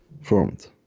formed